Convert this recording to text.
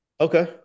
Okay